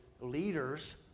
leaders